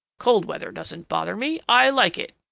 cold weather doesn't bother me. i like it.